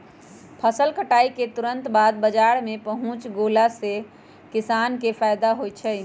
फसल कटाई के तुरत बाद बाजार में पहुच गेला से किसान के फायदा होई छई